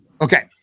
Okay